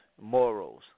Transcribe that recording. morals